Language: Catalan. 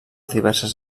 diverses